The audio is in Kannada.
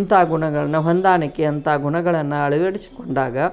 ಇಂಥ ಗುಣಗಳನ್ನ ಹೊಂದಾಣಿಕೆ ಅಂಥ ಗುಣಗಳನ್ನು ಅಳವಡಿಸಿಕೊಂಡಾಗ